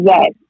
Yes